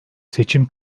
seçim